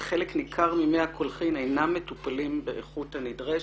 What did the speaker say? וחלק ניכר ממי הקולחין אינם מטופלים באיכות הנדרשת".